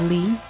Lee